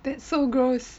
that's so gross